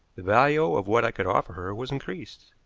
the value of what i could offer her was increased,